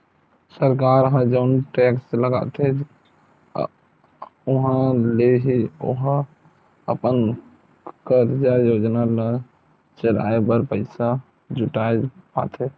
सरकार ह जउन टेक्स लगाथे उहाँ ले ही ओहा अपन कारज योजना ल चलाय बर पइसा जुटाय पाथे